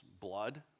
blood